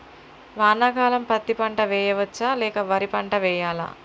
వానాకాలం పత్తి పంట వేయవచ్చ లేక వరి పంట వేయాలా?